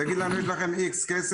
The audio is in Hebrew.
תגיד לנו: יש לכם X כסף,